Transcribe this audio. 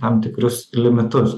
tam tikrus limitus